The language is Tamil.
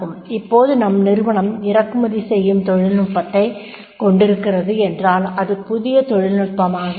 இப்போது நம் நிறுவனம் இறக்குமதி செய்யும் தொழில்நுட்பத்தைக் கொண்டிருக்கிறது என்றால் அது புதிய தொழில்நுட்பமாக இருக்கும்